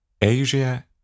Asia